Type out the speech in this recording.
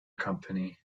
company